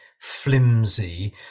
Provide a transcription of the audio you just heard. flimsy